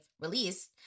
released